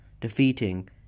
defeating